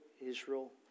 Israel